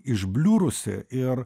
išbliurusi ir